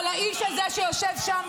אבל לאיש הזה שיושב שם,